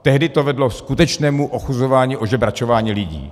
Tehdy to vedlo ke skutečnému ochuzování, ožebračování lidí.